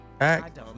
act